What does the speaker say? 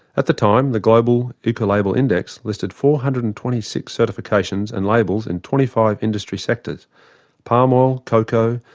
at the time, the global ecolabel index listed four hundred and twenty six certifications and labels in twenty five industry sectors palm oil, cocoa,